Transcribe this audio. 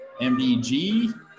MBG